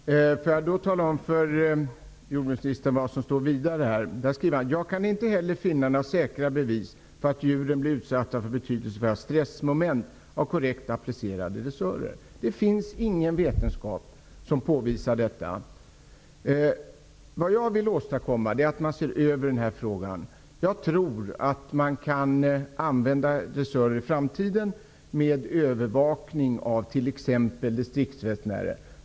Fru talman! Låt mig få tala om för jordbruksministern vad Bo Pehrson vidare har skrivit: ''Jag kan heller inte finna några säkra bevis för att djuren blir utsatta för betydelsefulla stressmoment av korrekt applicerade dressörer.'' Det finns inga vetenskapliga bevis som påvisar detta. Jag vill åstadkomma att man skall se över den här frågan. Jag tror att man kan använda dressörer i framtiden. Övervakning kan t.ex. ske av distriktsveterinärer.